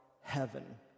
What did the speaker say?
heaven